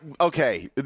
okay